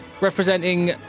Representing